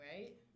right